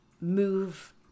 move